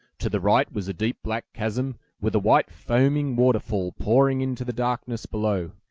to the right was a deep black chasm, with a white foaming waterfall pouring into the darkness below.